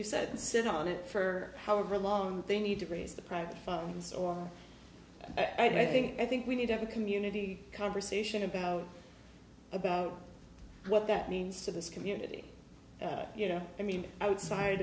you said sit on it for however long they need to raise the private funds or i think i think we need a community conversation about about what that means to this community you know i mean outside